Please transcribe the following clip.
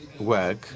work